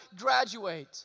graduate